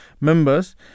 members